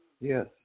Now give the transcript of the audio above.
Yes